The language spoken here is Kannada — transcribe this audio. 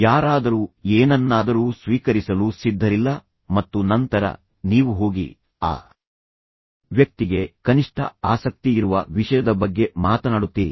ಯಾರಾದರೂ ಏನನ್ನಾದರೂ ಸ್ವೀಕರಿಸಲು ಸಿದ್ಧರಿಲ್ಲ ಮತ್ತು ನಂತರ ನೀವು ಹೋಗಿ ಆ ವ್ಯಕ್ತಿಗೆ ಕನಿಷ್ಠ ಆಸಕ್ತಿಯಿರುವ ವಿಷಯದ ಬಗ್ಗೆ ಮಾತನಾಡುತ್ತೀರಿ